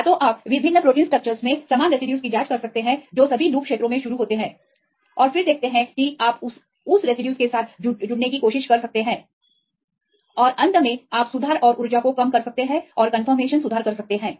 या तो आप विभिन्न प्रोटीन स्ट्रक्चरस में समान रेसिड्यूज की जांच कर सकते हैं जो सभी लूप क्षेत्रों में शुरू होते हैं और फिर देखते हैं कि आप उसरेसिड्यूज के साथ जुड़ने की कोशिश कर सकते हैं और अंत में आप सुधार और ऊर्जा को कम कर सकते हैं और पुष्टि सुधार कर सकते हैं